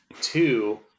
Two